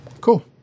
cool